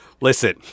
Listen